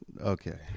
okay